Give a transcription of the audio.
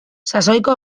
sasoiko